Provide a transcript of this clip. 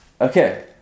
Okay